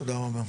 תודה רבה.